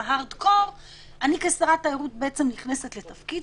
אני כשרת התיירות נכנסת לתפקיד,